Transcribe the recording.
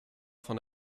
von